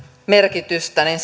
merkitystä niin